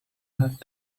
have